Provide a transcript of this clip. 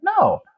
no